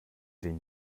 den